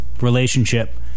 relationship